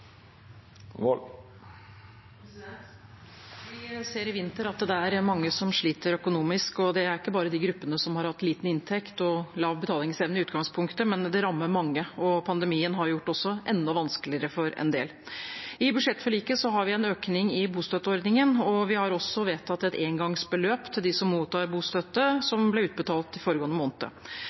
Vi ser i vinter at det er mange som sliter økonomisk. Det er ikke bare de gruppene som har hatt liten inntekt og lav betalingsevne i utgangspunktet, men det rammer mange, og pandemien har også gjort det enda vanskeligere for en del. I budsjettforliket har vi en økning i bostøtteordningen, og vi har også vedtatt et engangsbeløp til dem som mottar bostøtte, som ble utbetalt foregående måned.